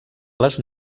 les